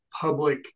public